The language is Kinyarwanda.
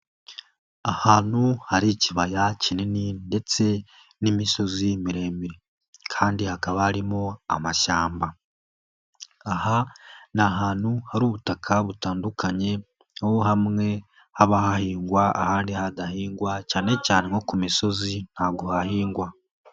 Ahantu hari ikibaya kinini ndetse n'imisozi miremire kandi hakaba harimo amashyamba. Aha ni ahantu hari ubutaka butandukanye. Aho hamwe haba hahingwa ahandi hadahingwa cyane cyane nko ku misozi ntabwo hahingwa.